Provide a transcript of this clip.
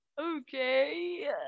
Okay